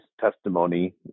testimony